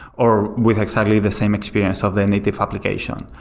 or with exactly the same experience of the native application,